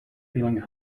feeling